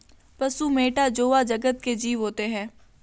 पशु मैटा जोवा जगत के जीव होते हैं